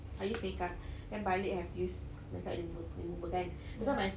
I used makeup then balik I have to use makeup remover remover kan so my